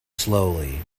slowly